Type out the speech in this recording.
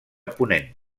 ponent